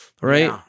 right